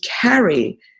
carry